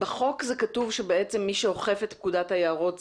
בחוק כתוב שבעצם מי שאוכף את פקודת היערות,